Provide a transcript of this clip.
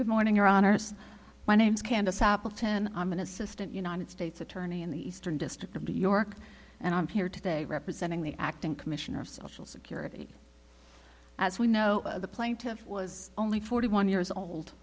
good morning your honor when it is candace upton i'm an assistant united states attorney in the eastern district of new york and i'm here today representing the acting commissioner of social security as we know the plaintiff was only forty one years old